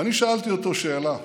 ואני שאלתי אותו שאלה,